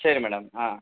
சரி மேடம் ஆ